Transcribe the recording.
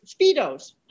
Speedos